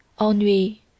ennui